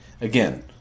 Again